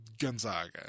Gonzaga